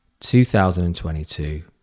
2022